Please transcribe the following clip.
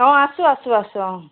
অ আছোঁ আছোঁ আছোঁ অ